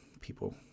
people